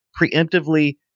preemptively